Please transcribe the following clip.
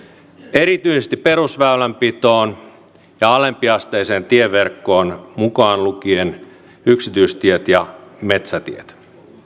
erityisesti perusväylänpitoon ja alempiasteiseen tieverkkoon mukaan lukien yksityistiet ja metsätiet